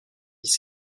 dix